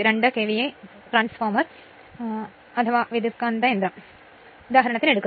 2 KVA transformer ആണെങ്കിൽ transformer എന്ന് പറയുക